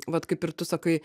vat kaip ir tu sakai